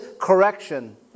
correction